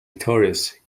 victorious